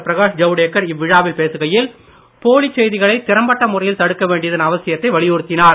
பிரகாஷ் ஜவ்டேக்கர் இவ்விழாவில் பேசுகையில் போலிச் செய்திகளை திறம்பட்ட முறையில் தடுக்க வேண்டியதன் அவசியத்தை வலியுறுத்தினார்